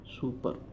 super